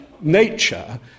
nature